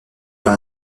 pas